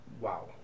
wow